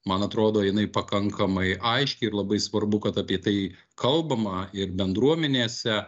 man atrodo jinai pakankamai aiški ir labai svarbu kad apie tai kalbama ir bendruomenėse